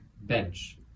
bench